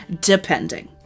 depending